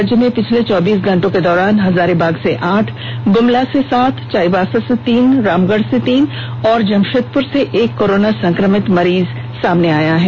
राज्य में पिछले चौबीस घंटों को दौरान हजारीबाग से आठ गुमला से सात चाईबासा से तीन रामगढ़ से तीन और जमशेदपुर से एक कोरोना संक्रमित मरीज मिले हैं